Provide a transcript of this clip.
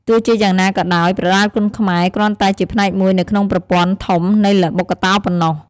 ទោះជាយ៉ាងណាក៏ដោយ ប្រដាល់គុនខ្មែរគ្រាន់តែជាផ្នែកមួយនៅក្នុងប្រព័ន្ធធំនៃល្បុក្កតោប៉ុណ្ណោះ។